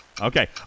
Okay